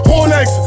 Rolex